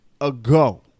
ago